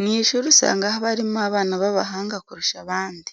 Mu ishuri usanga haba harimo abana b'abahanga kurusha abandi.